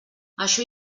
això